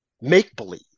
Make-believe